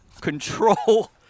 control